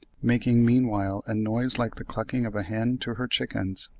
making meanwhile a noise like the clucking of a hen to her chickens.